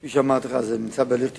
כפי שאמרתי לך, זה בהליך תכנוני.